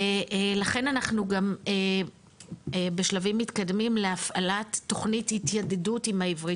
ולכן אנחנו גם בשלבים מתקדמים להפעלת תוכנית התאגדות עם העברית,